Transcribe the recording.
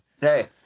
Hey